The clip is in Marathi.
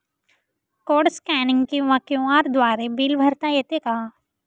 कोड स्कॅनिंग किंवा क्यू.आर द्वारे बिल भरता येते का?